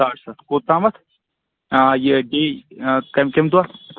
ساڑٕ شیٚتھ کوٗتامَتھ یہِ بیٚیہِ کَمہِ کَمہِ دۄہ